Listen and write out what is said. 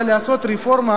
אבל לעשות רפורמה